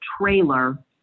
trailer